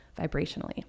vibrationally